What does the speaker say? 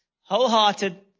Wholehearted